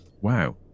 Wow